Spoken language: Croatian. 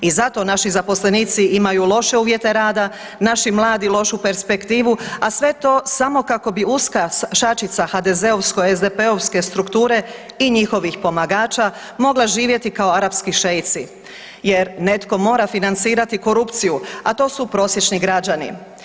I zato naši zaposlenici imaju loše uvjete rada, naši mladi lošu perspektivu, a sve to samo kako bi uska šačica HDZ-ovsko SDP-ovske strukture i njihovih pomagača mogla živjeti kao arapski šeici jer netko mora financirati korupciju, a to su prosječni građani.